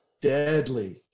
Deadly